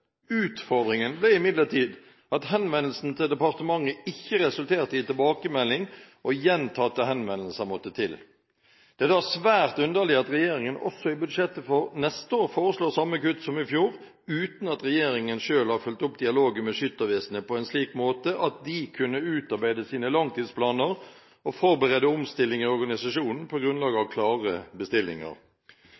Utfordringen ble imidlertid at henvendelsen til departementet ikke resulterte i tilbakemelding, og gjentatte henvendelser måtte til. Det er da svært underlig at regjeringen også i budsjettet for neste år foreslår samme kutt som i fjor, uten at regjeringen selv har fulgt opp dialogen med Skyttervesenet på en slik måte at de kunne utarbeide sine langtidsplaner og forberede omstilling i organisasjonen på grunnlag av